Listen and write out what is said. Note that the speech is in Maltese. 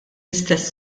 istess